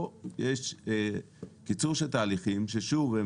פה יש קיצור של תהליכים ששוב,